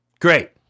Great